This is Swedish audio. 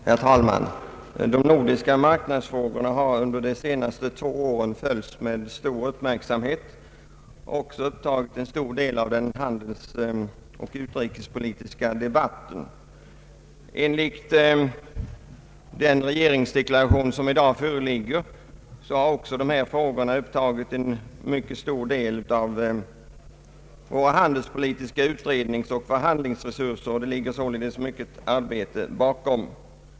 Herr talman! De nordiska marknadsfrågorna har under de senaste två åren följts med stor uppmärksamhet och även upptagit en stor del av den handelsoch utrikespolitiska debatten. Enligt den regeringsdeklaration som i dag föreligger har också dessa frågor tagit i anspråk en mycket stor del av våra handelspolitiska utredningsoch förhandlingsresurser. Det ligger således mycket arbete bakom.